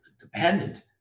dependent